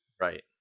Right